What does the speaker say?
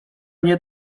nie